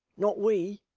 not we